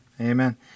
Amen